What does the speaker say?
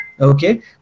okay